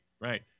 Right